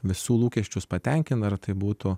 visų lūkesčius patenkina tai būtų